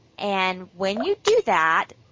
and when you do that,